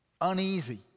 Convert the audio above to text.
uneasy